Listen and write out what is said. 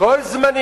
הכול זמני.